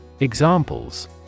Examples